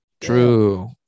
True